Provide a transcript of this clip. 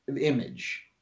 image